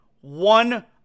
One